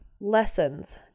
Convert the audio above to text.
lessons